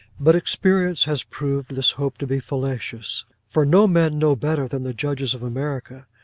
but experience has proved this hope to be fallacious for no men know better than the judges of america,